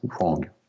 wrong